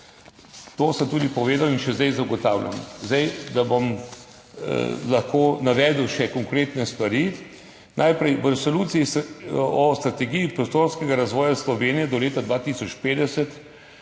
To sem tudi povedal in še zdaj zagotavljam. Zdaj bom navedel še konkretne stvari. Najprej v Resoluciji o strategiji prostorskega razvoja Slovenije do leta 2050